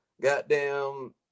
goddamn